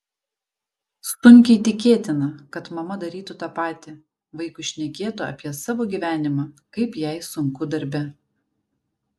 sunkiai tikėtina kad mama darytų tą patį vaikui šnekėtų apie savo gyvenimą kaip jai sunku darbe